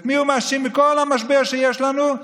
את מי הוא מאשים בכל המשבר שיש לנו?